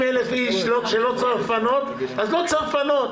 איש שלא צריך לפנות אז לא צריך לפנות.